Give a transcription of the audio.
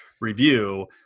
review